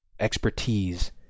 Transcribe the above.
expertise